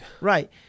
Right